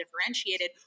differentiated